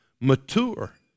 mature